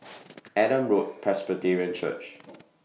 Adam Road Presbyterian Church